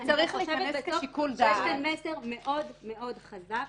אני חושבת שיש כאן מסר מאוד מאוד חזק